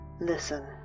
Listen